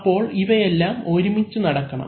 അപ്പോൾ ഇവയെല്ലാം ഒരുമിച്ചു നടക്കണം